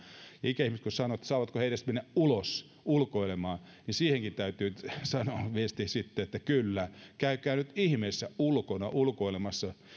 ikäihmiset kun sanovat että saavatko he edes mennä ulos ulkoilemaan niin siihenkin täytyy sanoa viesti sitten että kyllä käykää nyt ihmeessä ulkona ulkoilemassa